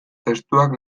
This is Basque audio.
testuak